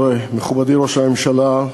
מכובדי ראש הממשלה,